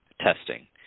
testing